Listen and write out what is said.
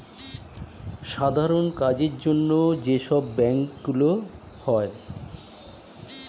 সাধারণ কাজের জন্য যে সব ব্যাংক গুলো হয়